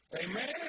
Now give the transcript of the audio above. Amen